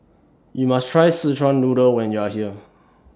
YOU must Try Sichuan Noodle when YOU Are here